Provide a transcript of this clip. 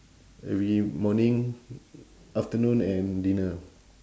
every morning afternoon and dinner